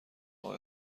اقا